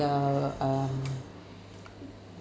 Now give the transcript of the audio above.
the um